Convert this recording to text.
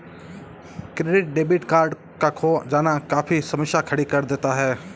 credit debit card का खो जाना काफी समस्या खड़ी कर देता है